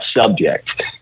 subject